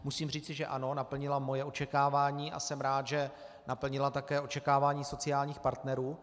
Musím říci, že ano, naplnila moje očekávání, a jsem rád, že naplnila také očekávání sociálních partnerů.